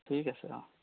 ঠিক আছে অঁ